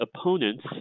opponents